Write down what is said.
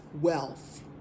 wealth